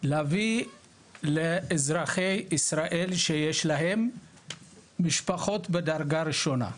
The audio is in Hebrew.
להביא לאזרחי ישראל שיש להם משפחות בדרגה ראשונה.